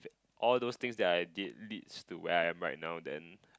all those things that I did leads to where I am right now then